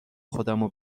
خودمو